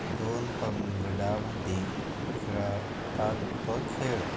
दोन पंगडा मदीं खेळाटात तो खेळ